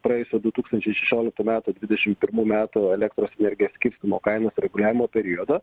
praėjusi du tūkstančiai šešioliktų metų dvidešm pirmų metų elektros energijos skirstymo kainos reguliavimo periodo